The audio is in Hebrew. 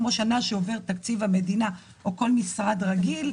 (הישיבה נפסקה בשעה 13:29 ונתחדשה בשעה 13:50.)